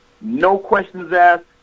no-questions-asked